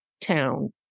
town